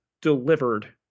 delivered